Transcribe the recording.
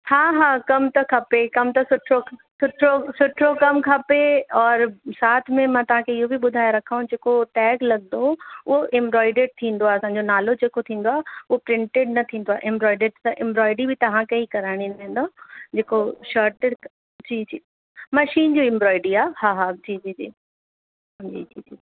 हा हा कमु त खपे कमु त सुठो ख सुठो सुठो कमु खपे और साथ में मां तव्हांखे इहो बि ॿुधाए रखांव जेको टैग लॻंदो उहो इम्ब्रोईडेड थींदो आहे असांजो नालो जेको थींदो आहे उहो प्रिंटेड न थींदो आहे इम्ब्रोईडेड त इम्ब्रोईडिरी बि तव्हांखे ई कराइणी पवंदव जेको शर्ट ते जी जी मशीन जी इम्ब्रोईडरी आहे हा हा जी जी जी जी